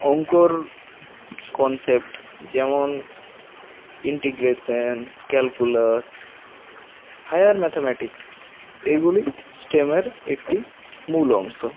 অঙ্কর concept যেমন integration calculus higher mathematics এগুলি স্টেমের একটি মূল অংশ